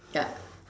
ya